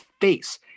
face